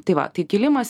tai va tai kėlimas